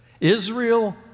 Israel